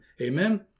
amen